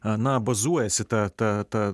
ana bazuojasi ta ta ta